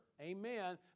amen